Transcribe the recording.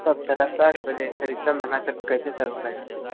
सब सादा साठ बजे सर इतना महंगा सर कैसे हो पाएगा